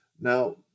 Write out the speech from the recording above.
Now